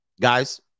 Guys